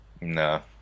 no